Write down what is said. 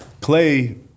Clay